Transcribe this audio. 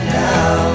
now